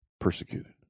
persecuted